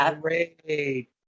great